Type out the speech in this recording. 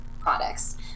products